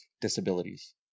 disabilities